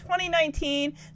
2019